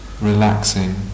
relaxing